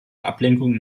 ablenkung